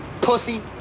Pussy